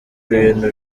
ibintu